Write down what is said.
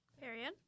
Period